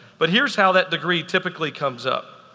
but here's how that degree typically comes up.